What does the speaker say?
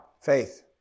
Faith